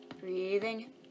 Breathing